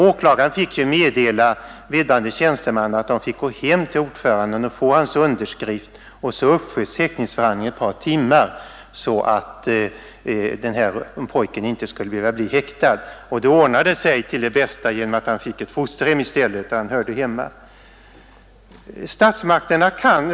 Åklagaren fick meddela vederbörande tjänsteman att man skulle gå hem till ordföranden och få hans underskrift, och så uppsköts häktningsförhandlingen ett par timmar för att pojken inte skulle behöva bli häktad. Det ordnade sig sedan till det bästa genom att han i stället fick ett fosterhem.